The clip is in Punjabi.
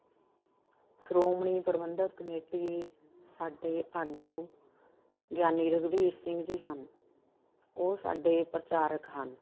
ਸ਼੍ਰੋਮਣੀ ਪ੍ਰਬੰਧਕ ਕਮੇਟੀ ਸਾਡੇ ਆਗੂ ਗਿਆਨੀ ਰਘਵੀਰ ਸਿੰਘ ਜੀ ਹਨ ਉਹ ਸਾਡੇ ਪ੍ਰਚਾਰਕ ਹਨ